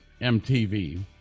mtv